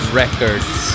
records